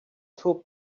two